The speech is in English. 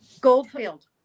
Goldfield